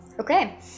Okay